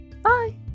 Bye